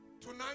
Tonight